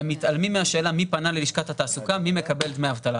הם מתעלמים מהשאלה מי פנה ללשכת התעסוקה ומי מקבל דמי אבטלה,